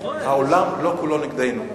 העולם לא כולו נגדנו,